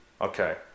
okay